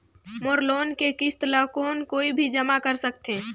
मोर loan के किस्त ल कौन कोई भी जमा कर सकथे?